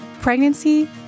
Pregnancy